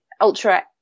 ultra